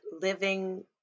living